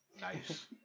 nice